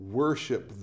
worship